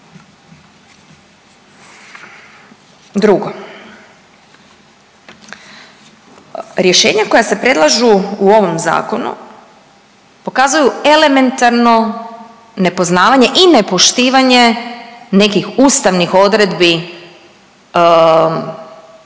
Drugo, rješenja koja se predlažu u ovom Zakonu pokazuju elementarno nepoznavanje i nepoštivanje nekih ustavnih odredbi koje